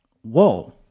Whoa